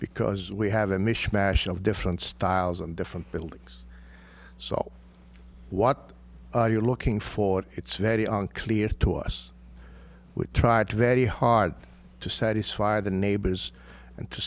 because we have a mishmash of different styles and different buildings so what are you looking for it's very unclear to us would try to very hard to satisfy the neighbors